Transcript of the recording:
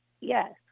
Yes